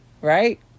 Right